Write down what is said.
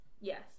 Yes